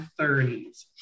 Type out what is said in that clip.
30s